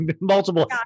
multiple